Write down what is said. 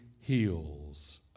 heals